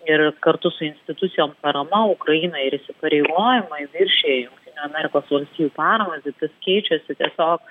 ir kartu su institucijos parama ukrainai ir įsipareigojimai viršija jau amerikos valstijų paramą visas keičiasi tiesiog